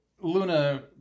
Luna